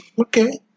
okay